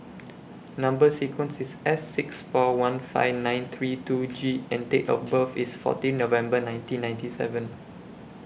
Number sequence IS S six four one five nine three two G and Date of birth IS fourteen November nineteen ninety seven